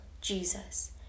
Jesus